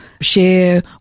share